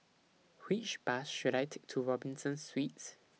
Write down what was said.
Which Bus should I Take to Robinson Suites